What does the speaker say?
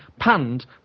panned